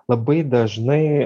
labai dažnai